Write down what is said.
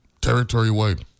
territory-wide